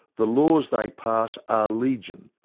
the laws they pass are legion,